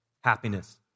Happiness